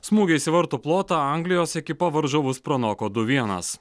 smūgiais į vartų plotą anglijos ekipa varžovus pranoko du vienas